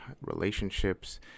relationships